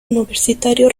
universitario